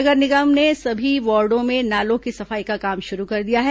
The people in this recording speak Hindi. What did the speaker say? नगर निगम ने सभी वार्डो में नालों की सफाई का काम शुरू कर दिया गया है